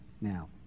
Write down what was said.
Now